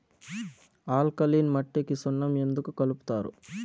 alkaline మట్టికి సున్నం ఎందుకు కలుపుతారు